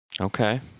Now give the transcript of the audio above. Okay